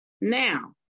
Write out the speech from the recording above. Now